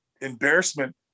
embarrassment